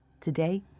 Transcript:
Today